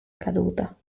caduta